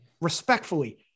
respectfully